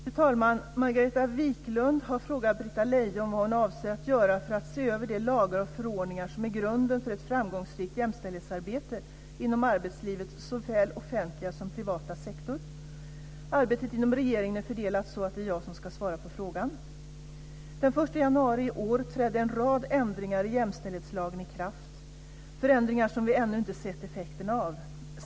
Fru talman! Margareta Viklund har frågat Britta Lejon vad hon avser göra för att se över de lagar och förordningar som är grunden för ett framgångsrikt jämställdhetsarbete inom arbetslivets såväl offentliga som privata sektor. Arbetet inom regeringen är så fördelat att det är jag som ska svara på frågan. Den 1 januari i år trädde en rad ändringar i jämställdhetslagen i kraft, förändringar som vi ännu inte sett effekterna av.